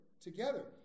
together